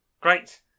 Great